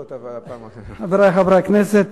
חברי חברי הכנסת,